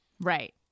Right